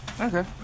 okay